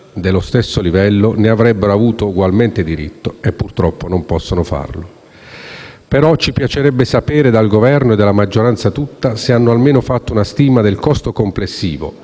dello stesso livello, che ne avrebbero anch'esse egualmente diritto, purtroppo non possono farlo. Però ci piacerebbe sapere, dal Governo e dalla maggioranza tutta, se hanno almeno fatto una stima del costo complessivo,